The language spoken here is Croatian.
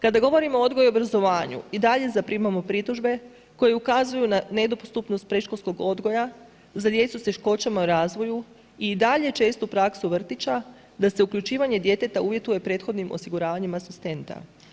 Kada govorimo o odgoju i obrazovanju i dalje zaprimamo pritužbe koje ukazuju na nedostupnost predškolskog odgoja za djecu s teškoćama u razvoju i dalje čestu praksu vrtića da se uključivanje djeteta uvjetuje prethodnim osiguravanjem asistenta.